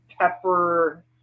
pepper